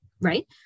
right